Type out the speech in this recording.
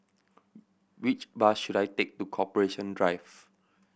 which bus should I take to Corporation Drive